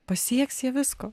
pasieks jie visko